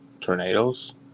tornadoes